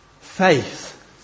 Faith